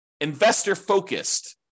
investor-focused